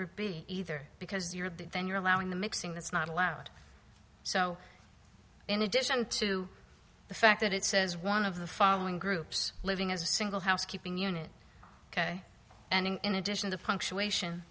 group either because you're then you're allowing the mixing that's not allowed so in addition to the fact that it says one of the following groups living as a single housekeeping unit ok and in addition to punctuation